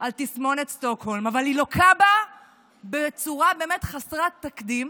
על תסמונת סטוקהולם אבל היא לוקה בה בצורה באמת חסרת תקדים.